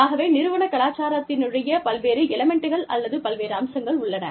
ஆகவே நிறுவன கலாச்சாரத்தினுடைய பல்வேறு எலெமண்ட்கள் அல்லது பல்வேறு அம்சங்கள் உள்ளன